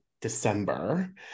December